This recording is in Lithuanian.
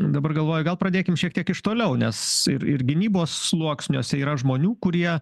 dabar galvoju gal pradėkim šiek tiek iš toliau nes ir ir gynybos sluoksniuose yra žmonių kurie